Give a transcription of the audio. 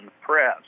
press